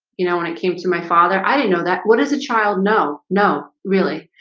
you know when it came to my father i didn't know that what does a child know? no, really?